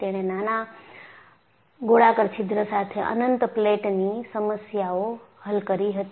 તેણે નાના ગોળાકાર છિદ્ર સાથે અનંત પ્લેટની સમસ્યાઓ હલ કરી હતી